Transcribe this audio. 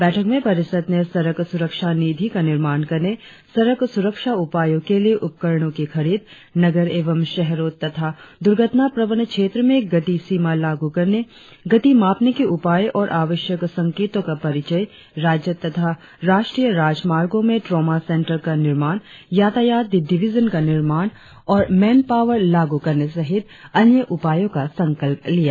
बैठक में परिषद ने सड़क सुरक्षा निधि का निर्माण करने सड़क सुरक्षा उपायों के लिए उपकरणों की खरीद नगर एवं शहरों तथा दुर्घटना प्रवण क्षेत्रों में गति सीमा लागू करने गति मापने के उपाय और आवश्यक संकेतों का परिचय राज्य तथा राष्ट्रीय राजमार्गों में ट्रॉमा सेंटर का निर्माण यातायात डिविजन का निर्माण औरमेनपावर लागू करने सहित अन्य उपायों का संकल्प लिया